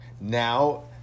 Now